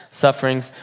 sufferings